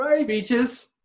speeches